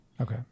Okay